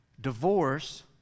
Divorce